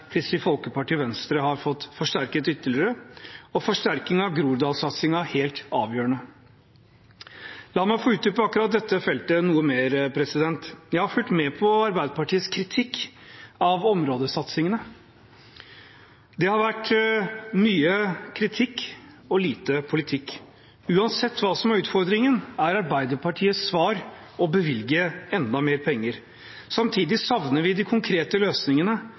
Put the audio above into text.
Kristelig Folkeparti og Venstre har fått forsterket ytterligere – og forsterkninger av Groruddals-satsingen helt avgjørende. La meg få utdype akkurat dette feltet noe mer: Jeg har fulgt med på Arbeiderpartiets kritikk av områdesatsingene. Det har vært mye kritikk og lite politikk. Uansett hva som er utfordringen, er Arbeiderpartiets svar å bevilge enda mer penger. Samtidig savner vi de konkrete løsningene